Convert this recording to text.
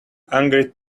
angry